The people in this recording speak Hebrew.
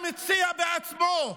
המציע בעצמו,